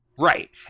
Right